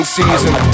season